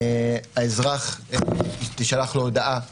לאזרח תישלח הודעה טקסטואלית,